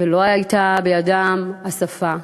ולא הייתה בידם השפה,